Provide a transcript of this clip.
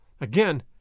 Again